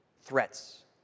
threats